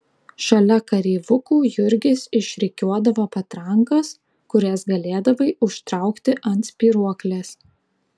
šalia kareivukų jurgis išrikiuodavo patrankas kurias galėdavai užtraukti ant spyruoklės